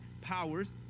powers